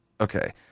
Okay